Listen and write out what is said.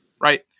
right